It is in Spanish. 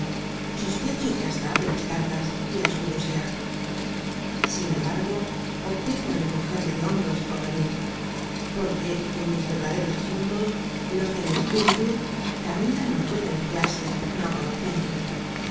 sospecho que hasta abre mis cartas y las c u riosea sin embargo opté por encogerme de hombros y convenir porque en mis verdaderos asuntos los de mi espíritucamila no puede mezclarse no conociéndolos